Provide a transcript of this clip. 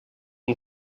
and